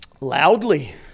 Loudly